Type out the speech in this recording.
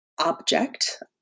object